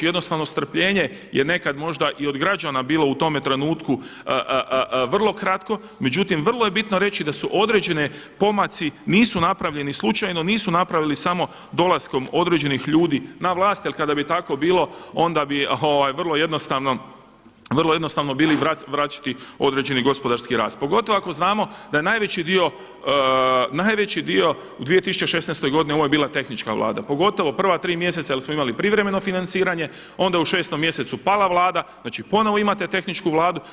Jednostavno strpljenje je nekad možda i od građana bilo u tome trenutku vrlo kratko, međutim vrlo je bitno reći da su određeni pomaci nisu napravljeni slučajno nisu napravljeni samo dolaskom određenih ljudi na vlast jel kada bi tako bilo onda bi vrlo jednostavno bili vraćati određeni gospodarski rast, pogotovo ako znamo da najveći dio u 2016. godini ovo je bila tehnička vlada, pogotovo prva tri mjeseca jel smo imali privremeno financiranje onda je u 6. mjesecu pala vlada, znači ponovo imate tehničku vladu.